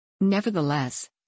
Nevertheless